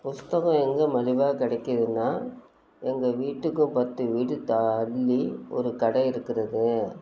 புஸ்தகம் எங்கே மலிவாக கிடைக்குதுனா எங்கள் வீட்டுக்கு பத்து வீடு தள்ளி ஒரு கடை இருக்கிறதுங்க